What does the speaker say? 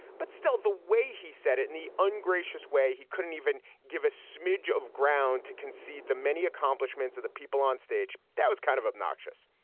but still, the way he said it in the ungracious way, he couldn't even give a smidge of ground to concede the many accomplishments of the people on stage. that was kind of obnoxious,